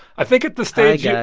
i think at this stage. yeah